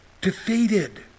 defeated